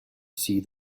see